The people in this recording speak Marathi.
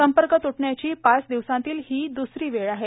संपर्क त्टण्याची पाच दिवसांतील ही द्सरी वेळ आहे